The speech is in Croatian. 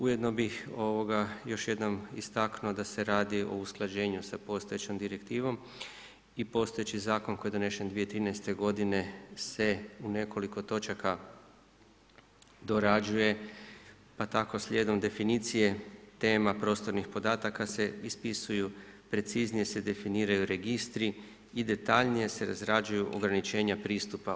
Ujedno bih još jednom istaknuo da se radi o usklađenju sa postojećom direktivom i postojeći zakon koji je donesen 2013. godine se u nekoliko točaka dorađuje, pa tako slijedom definicije tema prostornih podataka se ispisuju preciznije se definiraju registri i detaljnije se razrađuju ograničenja pristupa.